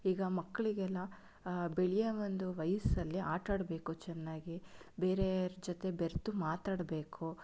ಈಗ ಮಕ್ಕಳಿಗೆಲ್ಲಾ ಬೆಳೆಯೋ ಒಂದು ವಯಸ್ಸಲ್ಲಿ ಆಟ ಆಡಬೇಕು ಚೆನ್ನಾಗಿ ಬೇರೆಯವರ ಜೊತೆ ಬೆರೆತು ಮಾತಾಡಬೇಕು